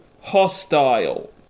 hostile